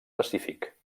pacífic